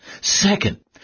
Second